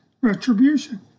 retribution